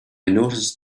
noticed